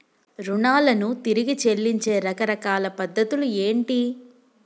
రుణాలను తిరిగి చెల్లించే రకరకాల పద్ధతులు ఏంటి?